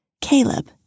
Caleb